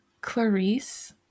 Clarice